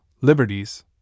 liberties